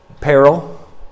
Peril